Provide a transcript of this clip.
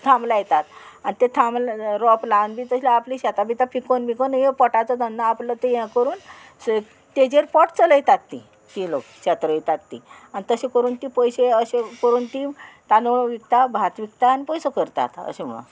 थाम लायतात आनी ते थाम रोंप लावन बी तशें आपली शेतां बिता पिकोन बिकोन ह्यो पोटाचो धंदो आपलो ते हे करून तेजेर पोट चलयतात तीं तीं लोक शेत रोंयतात ती आनी तशें करून ती पयशे अशे करून तीं तानूळ विकता भात विकता आनी पयसो करतात अशें म्हणोन